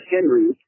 Henry